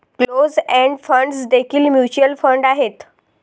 closed end funds देखील mutual fund आहेत